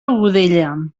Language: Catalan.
godella